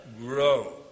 grow